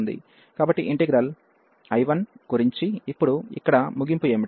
కాబట్టి integral I1 గురించి ఇప్పుడు ఇక్కడ ముగింపు ఏమిటి